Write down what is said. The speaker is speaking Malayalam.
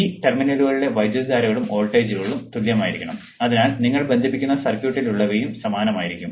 ഈ ടെർമിനലുകളിലെ വൈദ്യുതധാരകളും വോൾട്ടേജുകളും തുല്യമായിരിക്കും അതിനാൽ നിങ്ങൾ ബന്ധിപ്പിക്കുന്ന സർക്യൂട്ടിലുള്ളവയും സമാനമായിരിക്കും